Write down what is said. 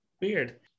Weird